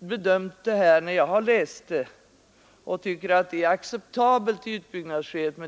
det förslag som föreligger är acceptabelt i utbyggnadsskedet.